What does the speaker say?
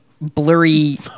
blurry